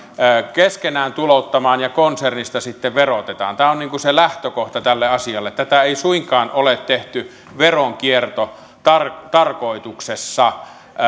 keskenään tulouttamaan ja konsernista sitten verotetaan tämä on se lähtökohta tälle asialle tätä ei suinkaan ole tehty veronkiertotarkoituksessa